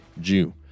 Jew